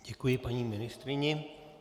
Děkuji paní ministryni.